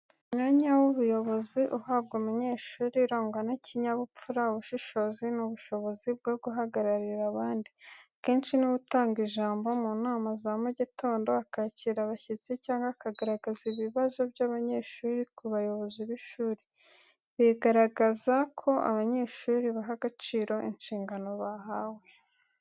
Umwanya w’ubuyobozi uhabwa umunyeshuri urangwa n’ikinyabupfura, ubushishozi n’ubushobozi bwo guhagararira abandi. Akenshi ni we utanga ijambo mu nama za mu gitondo, akakira abashyitsi, cyangwa akagaragaza ibibazo by’abanyeshuri ku bayobozi b’ishuri. Bigaragaza ko abanyeshuri baha agaciro inshingano bahawe.